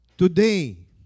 Today